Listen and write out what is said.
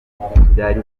byari